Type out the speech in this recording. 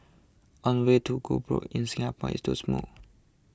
one way to go broke in Singapore is to smoke